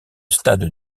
stade